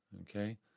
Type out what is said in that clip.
Okay